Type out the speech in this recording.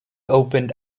opened